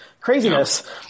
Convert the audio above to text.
craziness